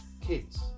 kids